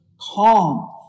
calm